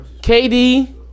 KD